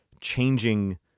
changing